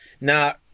Now